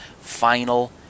final